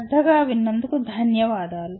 శ్రద్ధగా విన్నందుకు ధన్యవాదాలు